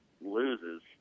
loses